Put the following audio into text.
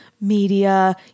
media